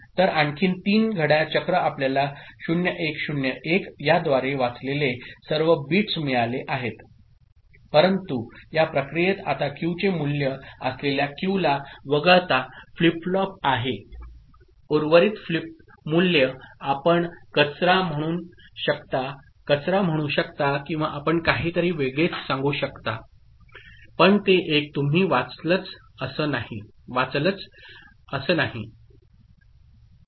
तर आणखी तीन घड्याळ चक्र आपल्याला 0 1 0 1 याद्वारे वाचलेले सर्व बिट्स मिळाले आहेत परंतु या प्रक्रियेत आता क्यूचे मूल्य असलेल्या क्यू ला वगळता फ्लिप फ्लॉप आहे उर्वरित मूल्ये आपण कचरा म्हणू शकता किंवा आपण काहीतरी वेगळंच सांगू शकता पण ते एक तुम्ही वाचलंच असं नाही